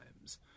times